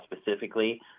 specifically